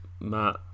Matt